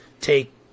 take